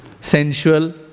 sensual